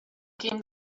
came